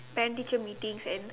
parent teacher meetings and